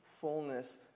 fullness